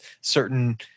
certain